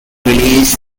release